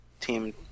Team